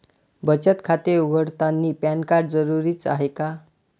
बचत खाते उघडतानी पॅन कार्ड जरुरीच हाय का?